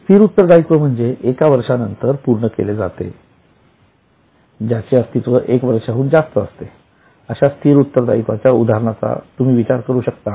स्थिर उत्तरदायित्व म्हणजे एका वर्षानंतर पूर्ण केले जाते ज्याचे अस्तित्व एक वर्षाहून जास्त असते अश्या स्थिर उत्तरदायित्वाच्या उदाहरणाचा विचार करू शकता का